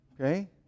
Okay